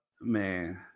man